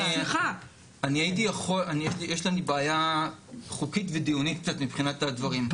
יש לנו בעיה חוקית ודיונית מבחינת הדברים,